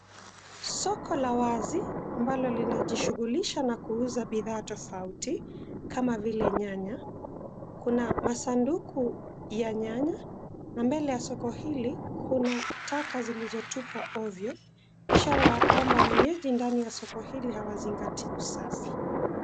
Soko la wazi ambalo linajishughulisha na kuuza bidhaa tofauti kama vile nyanya. Kuna masanduku ya nyanya na mbele ya soko hili kuna taka zilizotupwa ovyo. Ishara ya kwamba wenyeji ndani ya soko hili hawazingatia usafi.